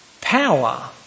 power